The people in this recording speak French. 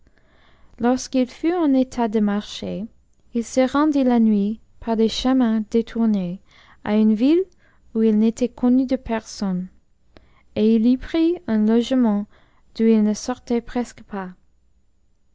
lorsqu'il fut en état de marcher il se rendit la nuit par des chemins détournés à une ville où il n'était connu de personne et il y prit un logement d'où il ne sortait presque pas